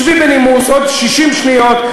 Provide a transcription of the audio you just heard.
שבי בנימוס עוד 60 שניות,